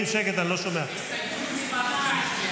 הסתייגות מס'